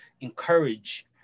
encourage